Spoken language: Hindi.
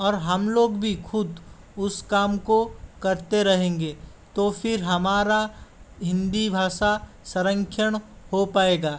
और हमलोग भी ख़ुद उस काम को करते रहेंगे तो फिर हमारा हिंदी भाषा संरक्षण हो पाएगा